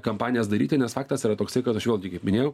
kampanijas daryti nes faktas yra toksai kad aš vėlgi kaip minėjau